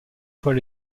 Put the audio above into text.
fois